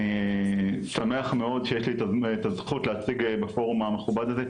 אני שמח מאוד שיש לי את הזכות להציג בפורום המכובד הזה.